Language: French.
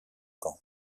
camp